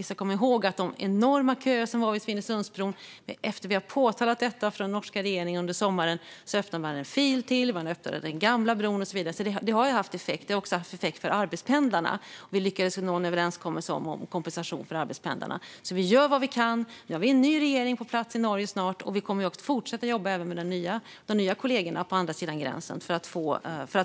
Vi ska komma ihåg att det var enorma köer vid Svinesundsbron, men efter att vi påtalat detta för den norska regeringen under sommaren öppnade man en fil till, man öppnade den gamla bron och så vidare. Så det har haft effekt, även för arbetspendlarna; vi lyckades nå en överenskommelse om kompensation för arbetspendlarna. Vi gör alltså vad vi kan. Nu har vi snart en ny regering på plats i Norge, och vi kommer att fortsätta att jobba även med de nya kollegorna på andra sidan gränsen för att